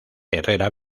herrera